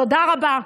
תודה רבה.